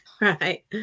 Right